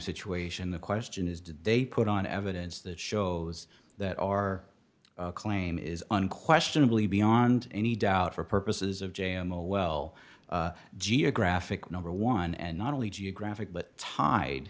situation the question is did they put on evidence that shows that our claim is unquestionably beyond any doubt for purposes of j m a well geographic number one and not only geographic but tied